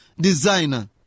designer